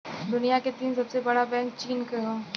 दुनिया के तीन सबसे बड़ा बैंक चीन क हौ